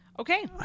Okay